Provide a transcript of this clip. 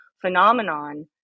phenomenon